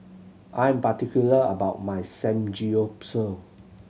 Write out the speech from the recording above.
I'm particular about my Samgeyopsal